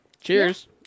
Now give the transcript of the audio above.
Cheers